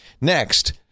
Next